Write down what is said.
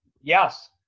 Yes